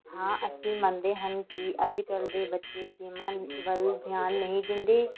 ਹਾਂ ਅਸੀਂ ਮੰਨਦੇ ਹਾਂ ਕਿ ਅੱਜ ਕੱਲ੍ਹ ਦੇ ਬੱਚੇ ਗੇਮਾਂ ਵੱਲ ਧਿਆਨ ਨਹੀਂ ਦਿੰਦੇ